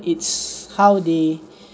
it's how they